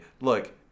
look